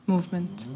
Movement